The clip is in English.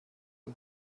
and